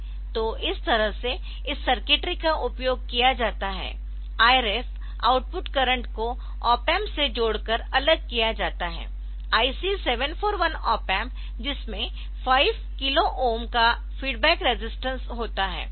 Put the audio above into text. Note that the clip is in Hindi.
तो इस तरह से इस सर्किटरी का उपयोग किया जाता है Iref आउटपुट करंट को ऑप एम्प से जोड़कर अलग किया जाता है IC 741 ऑप एम्प जिसमें 5 किलो ओम का फीडबैक रेजिस्टेंस होता है